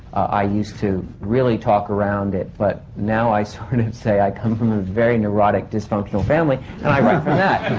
i used to really talk around it. but now i sort of say, i come from a very neurotic, dysfunctional family, and i write from that.